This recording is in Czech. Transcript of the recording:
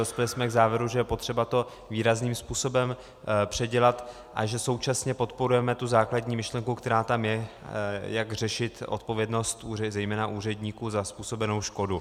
Dospěli jsme k závěru, že je potřeba to výrazným způsobem předělat a že současně podporujeme tu základní myšlenku, která tam je, jak řešit odpovědnost zejména úředníků za způsobenou škodu.